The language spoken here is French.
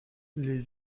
les